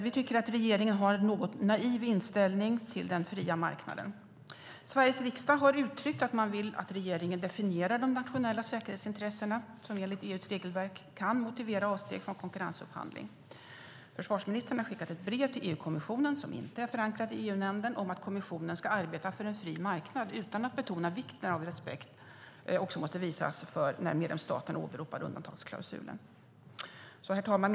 Vi tycker att regeringen har en något naiv inställning till den fria marknaden. Sveriges riksdag har uttryckt att man vill att regeringen definierar de nationella säkerhetsintressen som enligt EU:s regelverk kan motivera avsteg från konkurrensupphandling. Försvarsministern har skickat ett brev till EU-kommissionen som inte är förankrat i EU-nämnden om att kommissionen ska arbeta för en fri marknad utan att betona vikten av att respekt måste visas när medlemsstaterna åberopar undantagsklausulen. Herr talman!